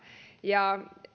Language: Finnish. ja